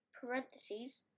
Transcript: parentheses